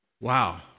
Wow